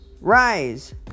rise